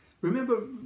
Remember